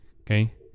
okay